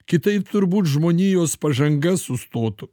kitaip turbūt žmonijos pažanga sustotų